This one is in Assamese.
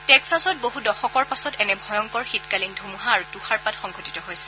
টেক্সাছত বহু দশকৰ পাছত এনে ভয়ংকৰ শীতকালীন ধুমুহা আৰু তুষাৰপাত সংঘটিত হৈছে